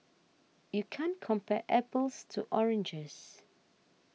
you can't compare apples to oranges